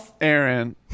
Aaron